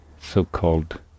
so-called